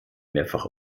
mehrfach